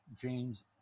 James